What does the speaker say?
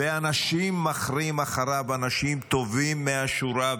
ואנשים מחרים-מחזיקים אחריו, אנשים טובים מהשורה.